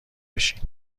بشین